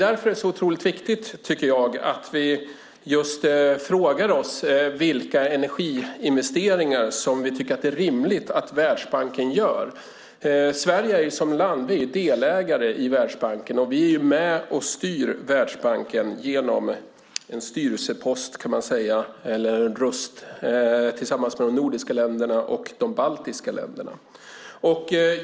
Därför är det så viktigt att vi frågar oss vilka energiinvesteringar som vi tycker att det är rimligt att Världsbanken gör. Sverige är ju delägare i Världsbanken. Vi är med och styr Världsbanken tillsammans med de nordiska och baltiska länderna genom en styrelsepost eller röst.